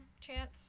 Chance